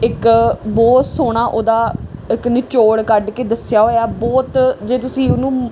ਇੱਕ ਬਹੁਤ ਸੋਹਣਾ ਉਹਦਾ ਇੱਕ ਨਿਚੋੜ ਕੱਢ ਕੇ ਦੱਸਿਆ ਹੋਇਆ ਬਹੁਤ ਜੇ ਤੁਸੀਂ ਉਹਨੂੰ